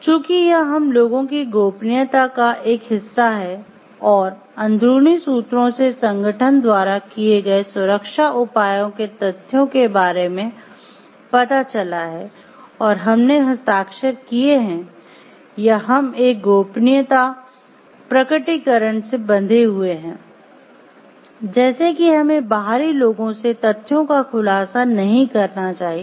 चूंकि यह हम लोगों की गोपनीयता का एक हिस्सा है और अंदरूनी सूत्रों से संगठन द्वारा किए गए सुरक्षा उपायों के तथ्यों के बारे में पता चला है और हमने हस्ताक्षर किए हैं या हम एक गोपनीयता प्रकटीकरण से बंधे हुये हैं जैसे कि हमें बाहरी लोगों से तथ्यों का खुलासा नहीं करना चाहिए